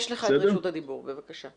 יש לך את רשות הדיבור, בבקשה.